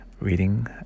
Reading